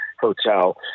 Hotel